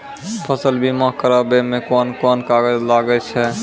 फसल बीमा कराबै मे कौन कोन कागज लागै छै?